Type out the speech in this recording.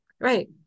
Right